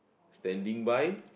standing by